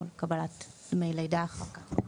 או קבלת דמי לידה אחר כך.